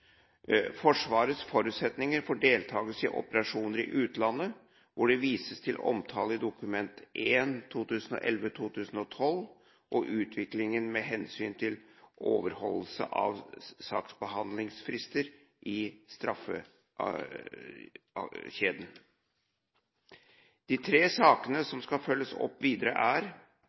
Forsvarets forutsetninger for deltakelse i operasjoner i utlandet, hvor det vises til omtale i Dokument nr. 1 for 2011–2012, og utviklingen med hensyn til overholdelse av saksbehandlingsfristene i straffesakskjeden. De tre sakene som skal følges opp videre, er: